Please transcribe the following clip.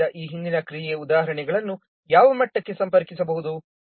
ಆದ್ದರಿಂದ ಈ ಹಿಂದಿನ ಕ್ರಿಯೆಯ ಉದಾಹರಣೆಗಳನ್ನು ಯಾವ ಮಟ್ಟಕ್ಕೆ ಸಂಪರ್ಕಿಸಬಹುದು